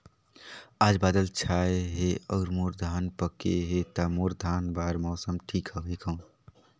आज बादल छाय हे अउर मोर धान पके हे ता मोर धान बार मौसम ठीक हवय कौन?